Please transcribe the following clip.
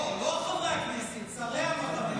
לא, לא חברי הכנסת, שרי המחנה.